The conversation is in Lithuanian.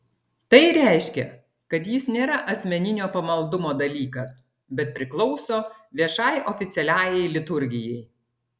tai reiškia kad jis nėra asmeninio pamaldumo dalykas bet priklauso viešai oficialiajai liturgijai